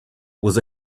was